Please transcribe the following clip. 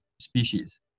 species